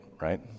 right